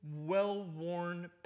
well-worn